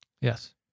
Yes